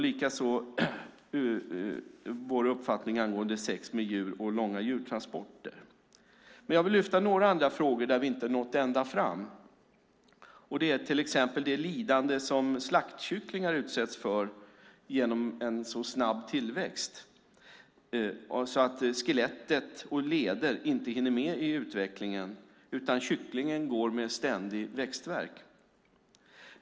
Likaså delar utskottet vår uppfattning angående sex med djur och långa djurtransporter. Jag vill lyfta upp några andra frågor där vi inte har nått ända fram. Det är till exempel det lidande som slaktkycklingar utsätts för genom en så snabb tillväxt att skelettet och leder inte hinner med i utvecklingen utan kycklingen går med ständig växtvärk.